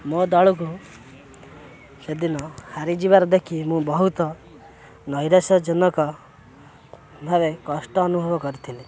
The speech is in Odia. ମୋ ଦଳକୁ ସେଦିନ ହାରିଯିବାର ଦେଖି ମୁଁ ବହୁତ ନୈରାଶଜନକ ଭାବେ କଷ୍ଟ ଅନୁଭବ କରିଥିଲି